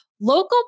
Local